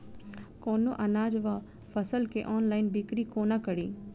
कोनों अनाज वा फसल केँ ऑनलाइन बिक्री कोना कड़ी?